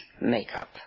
makeup